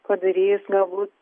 padarys galbūt